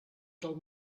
del